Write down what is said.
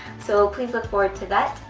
so please look forward to that!